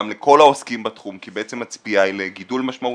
גם לכל העוסקים בתחום כי בעצם הציפייה היא לגידול משמעותי.